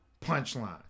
punchline